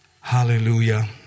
hallelujah